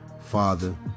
father